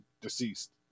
deceased